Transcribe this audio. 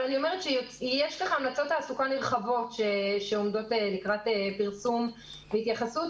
יש המלצות תעסוקה נרחבות שעומדות לקראת פרסום והתייחסות.